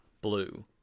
blue